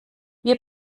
wir